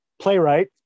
playwright